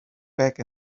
back